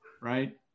right